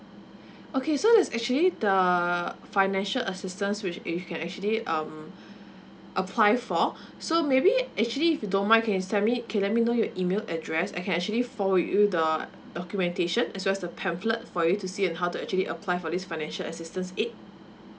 okay so is actually the financial assistance which eh you can actually um apply for so maybe actually if you don't mind can send me can let me know your email address I can actually forward you the documentation as well as the pamphlet for you to see and how to actually apply for this financial assistance aid